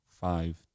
five